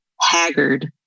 haggard